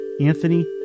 Anthony